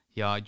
ja